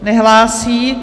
Nehlásí.